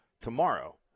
tomorrow